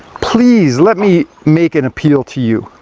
please, let me make an appeal to you,